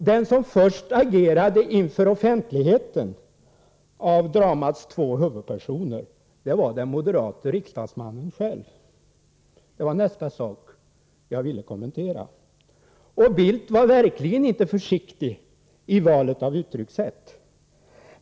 Den som först agerade inför offentligheten av dramats två huvudpersoner var den moderate riksdagsmannen själv — det var nästa sak jag ville kommentera. Och Carl Bildt var verkligen inte försiktig i valet av uttryckssätt.